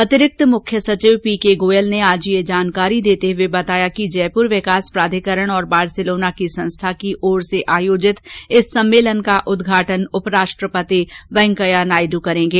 अतिरिक्त मुख्य सचिव पीके गोयल ने आज ये जानकारी देते हुए बताया कि जयपुर विकास प्राधिकरण और बार्सीलोना की संस्था की ओर से आयोजित इस सम्मेलन का उदघाटन उपराष्ट्रपति वैकेंया नायड् करेंगे